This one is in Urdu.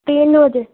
تین بجے